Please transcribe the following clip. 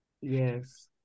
Yes